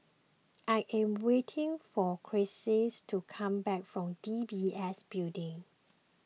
I am waiting for Chelsi to come back from D B S Building